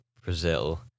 Brazil